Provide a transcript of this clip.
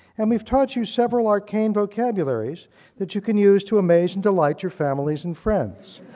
and, we've taught you several arcane vocabularies that you can use to amaze and delight your families and friends.